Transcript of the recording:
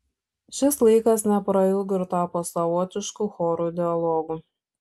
šis laikas neprailgo ir tapo savotišku chorų dialogu